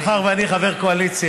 מאחר שאני חבר קואליציה,